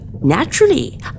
Naturally